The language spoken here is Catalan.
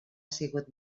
sigut